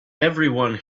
everyone